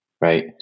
right